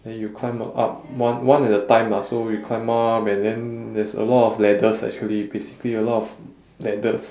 then you climb up up one one at a time lah so you climb up and then there's a lot of ladders actually basically a lot of ladders